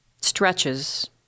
stretches